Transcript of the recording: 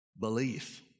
Belief